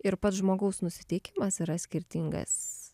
ir pats žmogaus nusiteikimas yra skirtingas